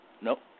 Nope